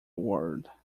word